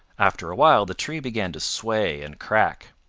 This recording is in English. after a while the tree began to sway and crack.